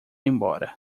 embora